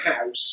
house